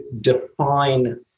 define